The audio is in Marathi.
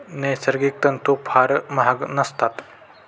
नैसर्गिक तंतू फार महाग नसतात